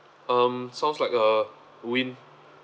um sounds like a win